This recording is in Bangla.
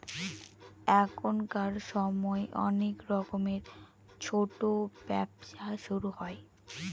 এখনকার সময় অনেক রকমের ছোটো ব্যবসা শুরু হয়